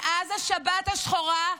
מאז השבת השחורה,